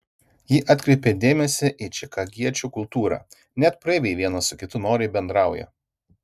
ji atkreipė dėmesį į čikagiečių kultūrą net praeiviai vienas su kitu noriai bendrauja